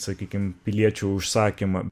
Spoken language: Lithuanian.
sakykim piliečių užsakymą